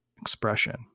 expression